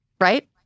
Right